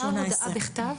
מסר הודעה בכתב?